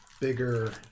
bigger